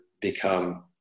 become